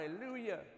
Hallelujah